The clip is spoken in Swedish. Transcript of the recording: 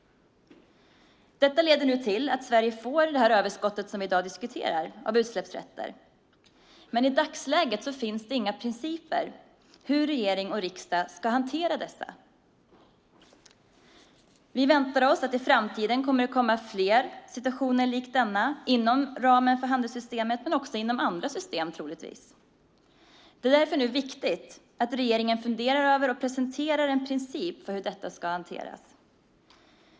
Detta leder nu till att Sverige får det här överskottet av utsläppsrätter som vi i dag diskuterar. Men i dagsläget finns inga principer om hur regering och riksdag ska hantera dessa. Vi väntar oss att det i framtiden kommer att komma fler situationer likt denna inom ramen för handelssystemet men också troligtvis inom andra system. Det är nu därför viktigt att regeringen funderar över och presenterar en princip för hur detta ska hanteras.